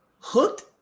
hooked